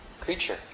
creature